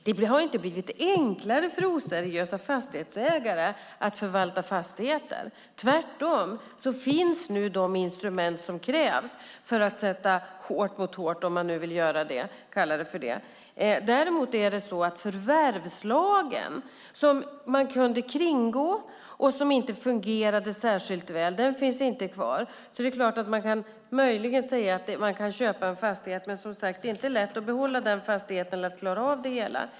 Det har inte blivit enklare för oseriösa fastighetsägare att förvalta fastigheter. Tvärtom finns nu de instrument som krävs för att sätta hårt mot hårt, om man vill kalla det för det. Däremot är det så att förvärvslagen, som kunde kringgås och som inte fungerade särskilt väl, inte finns kvar. Man kan möjligen säga att det går att köpa en fastighet, men det är som sagt inte lätt att behålla den fastigheten eller att klara av det hela.